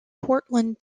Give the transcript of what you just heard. portland